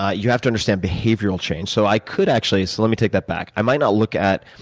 ah you have to understand behavioral change. so i could actually so let me take that back. i might not look at